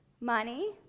Money